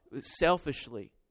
selfishly